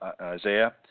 Isaiah